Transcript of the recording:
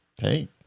hey